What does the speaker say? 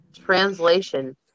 translation